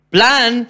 Plan